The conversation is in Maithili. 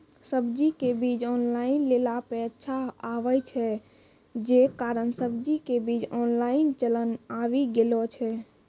सब्जी के बीज ऑनलाइन लेला पे अच्छा आवे छै, जे कारण सब्जी के बीज ऑनलाइन चलन आवी गेलौ छै?